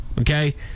Okay